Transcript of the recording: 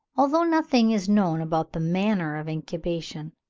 although nothing is known about the manner of incubation.